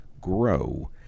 grow